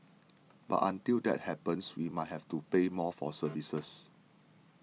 but until that happens we might have to pay more for services